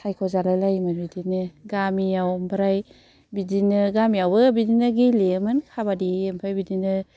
सायख' जालायलायोमोन बिदिनो गामियाव ओमफ्राय बिदिनो गामिआवबो बिदिनो गेलेयोमोन काबादि ओमफ्राय बिदिनो